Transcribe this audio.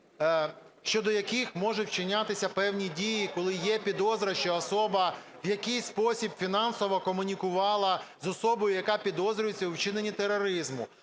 щодо яких можуть вчинятися певні дії, коли є підозра, що особа в якийсь спосіб фінансово комунікувала з особою, яка підозрюється у вчиненні тероризму.